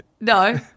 No